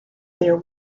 there